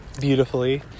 beautifully